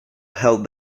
held